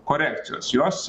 korekcijos juos